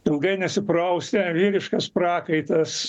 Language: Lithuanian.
ilgai nesiprausę vyriškas prakaitas